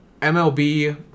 MLB